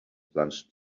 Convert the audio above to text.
plunge